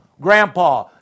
grandpa